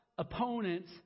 Opponents